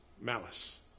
malice